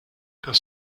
das